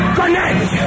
connect